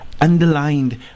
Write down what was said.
underlined